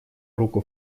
руку